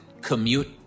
commute